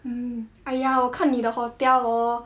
mm !aiya! 我看你的 hotel hor